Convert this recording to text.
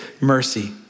mercy